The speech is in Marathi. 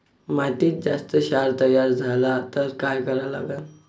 मातीत जास्त क्षार तयार झाला तर काय करा लागन?